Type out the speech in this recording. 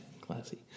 Classy